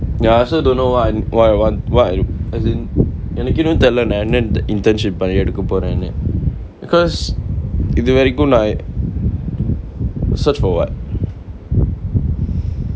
ya I also don't know want what I want what I as in எனக்கு இன்னு தெரில நா என்ன:enakku innu therila naa enna in internship by எடுக்க போறனு:edukka poranu because இது வரைக்கு நா:ithu varaikku naa search for what